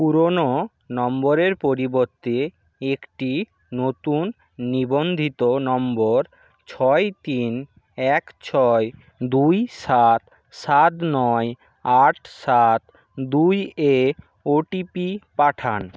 পুরনো নম্বরের পরিবর্তে একটি নতুন নিবন্ধিত নম্বর ছয় তিন এক ছয় দুই সাত সাত নয় আট সাত দুই এ ওটিপি পাঠান